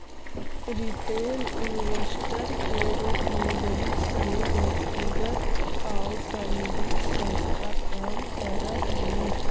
retail investor के रूप में बहुत सनी वैयक्तिक आउ सामूहिक संस्था काम करऽ हइ